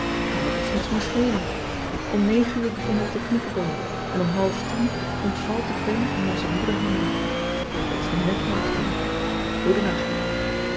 kan dat ons niets meer schelen m uur beginnen we te knikkebollen en om half tiers ontvalt de pen aan onze moede handen et is nu